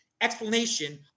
explanation